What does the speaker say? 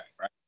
right